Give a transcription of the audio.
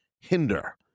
Hinder